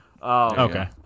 Okay